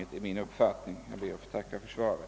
Det är min uppfattning, och jag ber att få tacka för svaret.